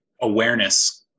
awareness